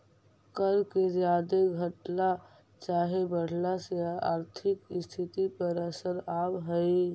कर के जादे घटला चाहे बढ़ला से आर्थिक स्थिति पर असर आब हई